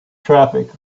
traffic